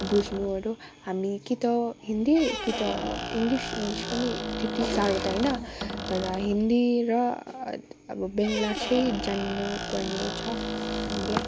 बुझ्नुहरू हामी कि त हिन्दी कि त इङ्लिस इङ्लिस पनि त्यति साह्रो त होइन तर हिन्दी र अब बङ्गला चाहिँ जान्नु पर्ने छ हामीले